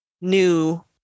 new